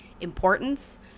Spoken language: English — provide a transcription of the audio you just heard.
importance